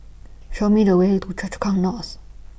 Show Me The Way to Chu Kang North